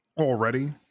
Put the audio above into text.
already